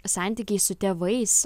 santykiai su tėvais